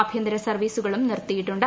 ആഭ്യന്തര സർവീസുകളും നിർത്തിയിട്ടുണ്ട്